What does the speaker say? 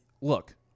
look